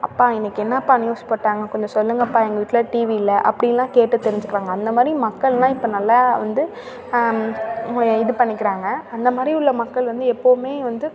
அப்பா இன்றைக்கி என்னாப்பா நியூஸ் போட்டாங்க கொஞ்சம் சொல்லுங்கப்பா எங்கள் வீட்டில் டிவி இல்லை அப்படின்லாம் கேட்டுத் தெரிஞ்சுக்கிறாங்க அந்தமாதிரி மக்களெலாம் இப்போ நல்லா வந்து இது பண்ணிக்கிறாங்க அந்த மாதிரி உள்ள மக்கள் வந்து எப்பவுமே வந்து